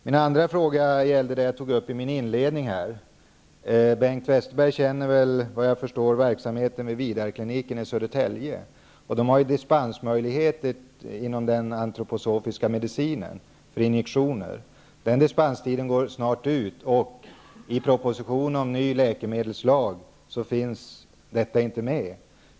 Min andra fråga gäller det som jag tog upp i min inledning. Bengt Westerberg känner såvitt jag förstår till verksamheten vid Vidarkliniken i Södertälje. Inom den antroposofiska medicinen har man dispens för injektioner, men dispenstiden går snart ut. I propositionen om ny läkemedelslag finns detta inte med.